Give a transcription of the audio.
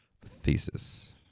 thesis